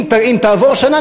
אם תעבור שנה,